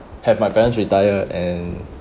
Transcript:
have my parents retire and